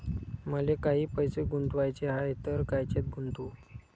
मले काही पैसे गुंतवाचे हाय तर कायच्यात गुंतवू?